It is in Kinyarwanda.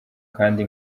kandi